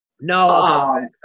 no